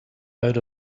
out